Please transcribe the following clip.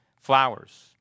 flowers